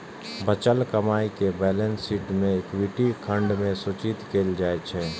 बचल कमाइ कें बैलेंस शीट मे इक्विटी खंड मे सूचित कैल जाइ छै